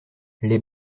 les